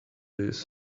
his